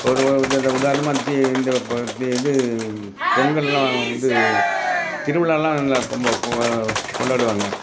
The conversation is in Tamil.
ஒரு இந்தந்த உதாரணமாக இந்த தீ இந்த இப்போ இது பொங்கல்லாம் வந்து திருவிழாலாம் எல்லாம் கும்ப கொண்டாடுவாங்க